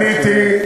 אדוני.